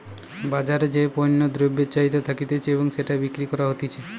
বাজারে যেই পণ্য দ্রব্যের চাহিদা থাকতিছে এবং সেটা বিক্রি করা হতিছে